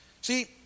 See